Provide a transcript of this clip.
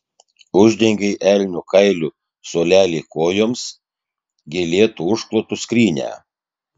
uždengei elnio kailiu suolelį kojoms gėlėtu užklotu skrynią